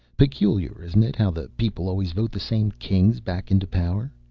peculiar, isn't it, how the people always vote the same kings back into power?